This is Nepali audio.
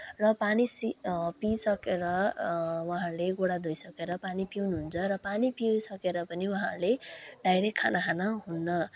र पानी सि पिइसकेर उहाँहरूले गोडा धोइसकेर पानी पिउनुहुन्छ र पानी पिइसकेर पनि उहाँहरूले डाइरेक्ट खाना खान हुन्न